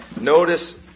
notice